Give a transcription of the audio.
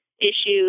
issues